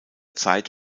zeit